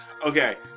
Okay